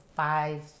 five